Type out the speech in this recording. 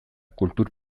kultur